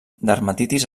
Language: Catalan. dermatitis